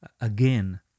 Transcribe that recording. again